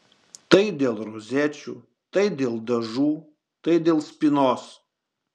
tai dėl rozečių tai dėl dažų tai dėl spynos